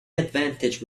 advantage